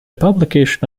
publication